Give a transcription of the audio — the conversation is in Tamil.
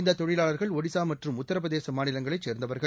இந்த தொழிலாளர்கள் ஒடிசா மற்றும் உத்தரப்பிரதேச மாநிலங்களை சேர்ந்தவர்கள்